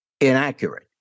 inaccurate